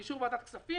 באישור ועדת הכספים,